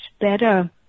better